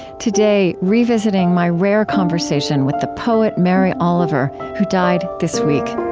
today, revisiting my rare conversation with the poet mary oliver, who died this week